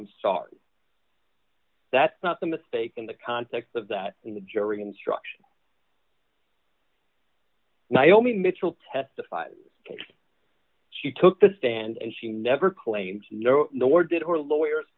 i'm sorry that's not the mistake in the context of that in the jury instruction my only mitchell testified she took the stand and she never claimed nor did her lawyers